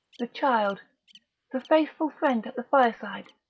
the child the faithful friend at the fireside,